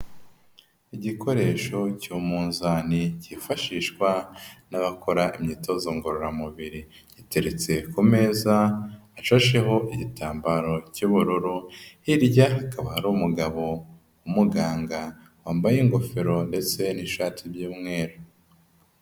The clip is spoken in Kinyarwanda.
Igikoresho cy'umunzani cyifashishwa n'abakora imyitozo ngororamubiri, giteretse ku meza ashasheho igitambaro cy'ubururu, hirya hakaba hari umugabo w'umuganga wambaye ingofero ndetse n'ishati by'umweru.